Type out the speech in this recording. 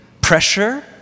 pressure